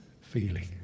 feeling